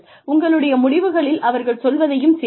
உங்களுடைய முடிவுகளில் அவர்கள் சொல்வதையும் சேருங்கள்